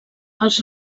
els